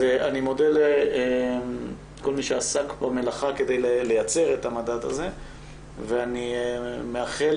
אני מודה לכל מי שעסק במלאכה כדי לייצר את המדד הזה ואני מאחל